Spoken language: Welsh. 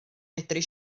medru